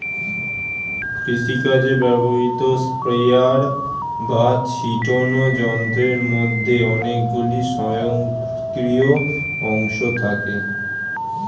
কৃষিকাজে ব্যবহৃত স্প্রেয়ার বা ছিটোনো যন্ত্রের মধ্যে অনেকগুলি স্বয়ংক্রিয় অংশ থাকে